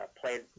played